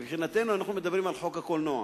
מבחינתנו, אנחנו מדברים על חוק הקולנוע.